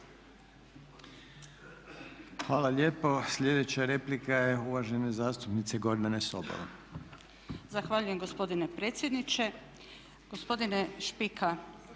Hvala lijepo. Sljedeća replika je uvažene zastupnice Gordane Sobol. **Sobol, Gordana (SDP)** Zahvaljujem gospodine predsjedniče. Gospodine Špika,